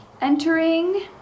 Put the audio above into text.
Entering